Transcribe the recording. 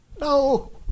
No